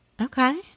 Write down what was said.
Okay